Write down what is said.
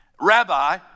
Rabbi